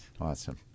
Awesome